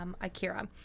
Akira